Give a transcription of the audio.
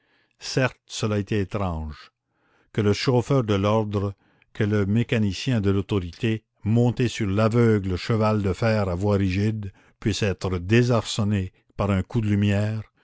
certes cela était étrange que le chauffeur de l'ordre que le mécanicien de l'autorité monté sur l'aveugle cheval de fer à voie rigide puisse être désarçonné par un coup de lumière